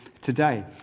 today